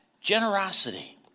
generosity